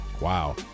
Wow